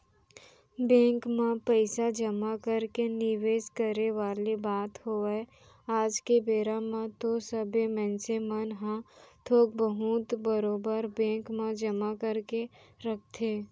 bank म पइसा जमा करके निवेस करे वाले बात होवय आज के बेरा म तो सबे मनसे मन ह थोक बहुत बरोबर बेंक म जमा करके रखथे